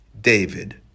David